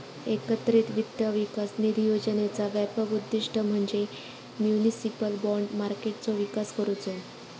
एकत्रित वित्त विकास निधी योजनेचा व्यापक उद्दिष्ट म्हणजे म्युनिसिपल बाँड मार्केटचो विकास करुचो